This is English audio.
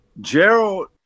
Gerald